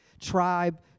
tribe